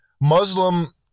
Muslim